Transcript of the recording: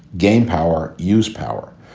gain power, use power,